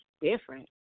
different